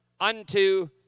unto